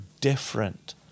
different